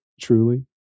truly